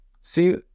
See